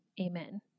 Amen